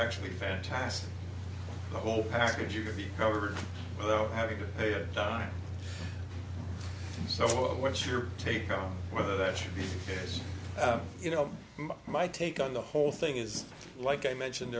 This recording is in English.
actually fantastic the whole package you can be covered without having to pay it so what's your take on whether that should be you know my take on the whole thing is like i mentioned